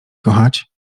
kochać